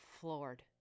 floored